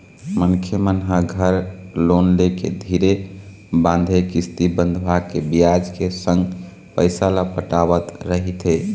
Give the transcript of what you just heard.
मनखे मन ह घर लोन लेके धीरे बांधे किस्ती बंधवाके बियाज के संग पइसा ल पटावत रहिथे